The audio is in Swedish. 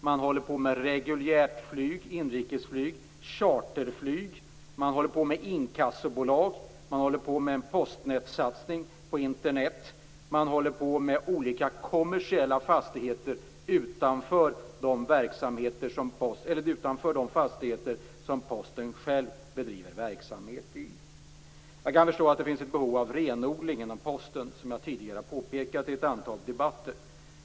Man håller på med reguljärflyg, inrikesflyg och charterflyg. Man håller på med inkassobolag, en postnätssatsning på Internet och med olika kommersiella fastigheter utanför de fastigheter som Posten själv bedriver verksamhet i. Jag kan förstå att det finns ett behov av renodling inom Posten, vilket jag tidigare har påpekat i ett antal debatter.